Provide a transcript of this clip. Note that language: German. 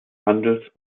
handels